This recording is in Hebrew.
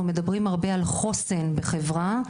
אנחנו מדברים הרבה על חוסן בחברה.